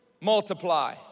Multiply